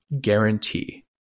guarantee